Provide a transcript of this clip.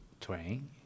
train